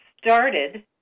started